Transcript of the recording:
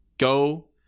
Go